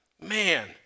Man